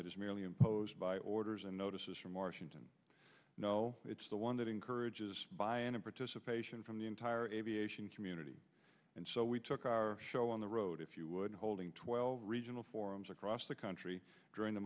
that is merely imposed by orders and notices from washington no it's the one that encourages buying and participation from the entire aviation community and so we took our show on the road if you would holding twelve regional forums across the country during the